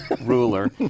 ruler